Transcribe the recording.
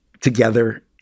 together